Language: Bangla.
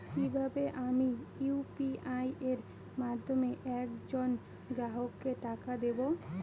কিভাবে আমি ইউ.পি.আই এর মাধ্যমে এক জন গ্রাহককে টাকা দেবো?